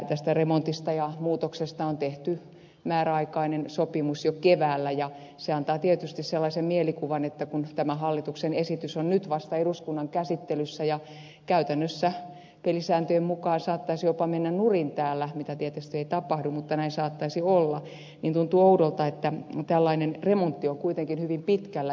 tästä remontista ja muutoksesta on tehty määräaikainen sopimus jo keväällä ja se antaa tietysti sellaisen mielikuvan että kun tämä hallituksen esitys on nyt vasta eduskunnan käsittelyssä ja käytännössä pelisääntöjen mukaan saattaisi jopa mennä nurin täällä mitä tietysti ei tapahdu mutta näin saattaisi olla niin tuntuu oudolta että tällainen remontti on kuitenkin hyvin pitkällä